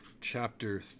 chapter